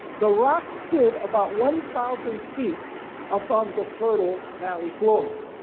the rock stood about one thousand feet above the fertile valley floor.